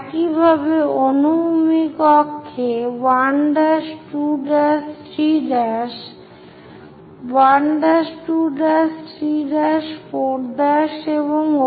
একইভাবে অনুভূমিক অক্ষে 1 ' 2' 3 ' 1 ' 2' 3 ' 4' এবং O